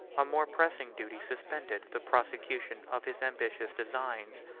a more pressing duty suspended the prosecution of his ambitious designs.